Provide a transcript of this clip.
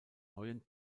neuen